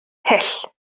hyll